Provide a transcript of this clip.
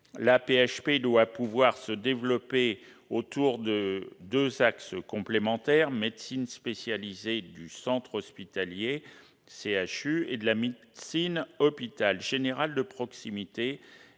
L'AP-HP doit pouvoir se développer autour de deux axes complémentaires, la médecine spécialisée de centre hospitalier universitaire et la médecine d'hôpital général de proximité,